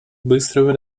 быстрого